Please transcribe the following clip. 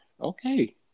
Okay